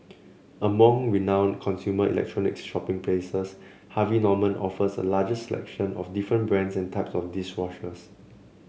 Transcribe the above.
among renowned consumer electronic shopping places Harvey Norman offers a largest selection of different brands and types of dish washers